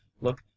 look